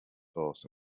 horse